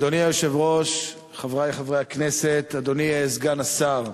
אדוני היושב-ראש, חברי חברי הכנסת, אדוני סגן השר,